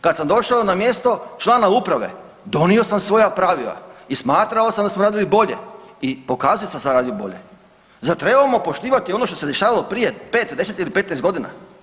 Kad sam došao na mjesto člana uprave donio sam svoja pravila i smatrao sam da smo radili bolje i pokazao sam da sam radio bolje, zar trebamo poštivati ono što se dešavalo prije 5, 10 ili 15 godina?